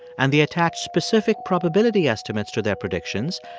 and they attach specific probability estimates to their predictions,